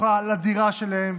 בטוחה לדירה שלהם,